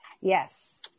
Yes